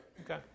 Okay